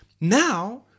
Now